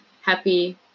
happy